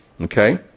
Okay